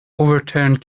overturned